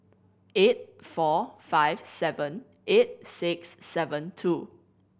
eight four five seven eight six seven two